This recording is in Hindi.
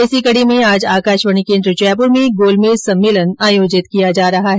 इसी कडी में आज आकाशवाणी केन्द्र जयपुर में गोलमेज सम्मेलन आयोजित किया जा रहा है